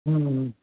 हं हं